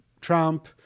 Trump